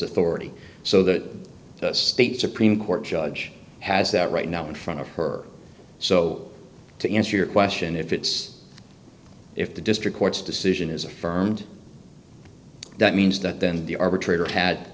authority so that the state supreme court judge has that right now in front of her so to answer your question if it's if the district court's decision is affirmed that means that then the arbitrator had